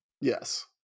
Yes